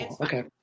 Okay